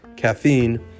Caffeine